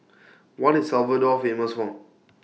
What IS Salvador Famous For